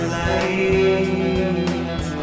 light